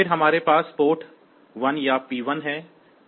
फिर हमारे पास पोर्ट 1 या P1 है